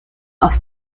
aus